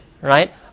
right